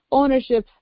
ownership